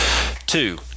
Two